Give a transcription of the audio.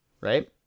right